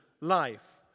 life